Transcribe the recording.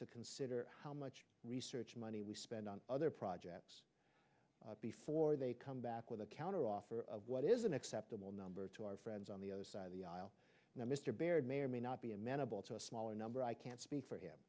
to consider how much research money we spend on other projects before they come back with a counteroffer of what is an acceptable number to our friends on the other side of the aisle mr baird may or may not be amenable to a smaller number i can't speak for